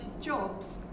jobs